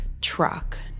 truck